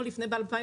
עוד לפני - ב-2014,